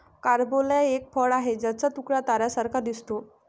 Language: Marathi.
कारंबोला हे एक फळ आहे ज्याचा तुकडा ताऱ्यांसारखा दिसतो